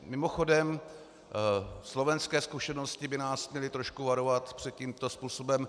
Mimochodem, slovenské zkušenosti by nás trochu měly varovat před tímto způsobem.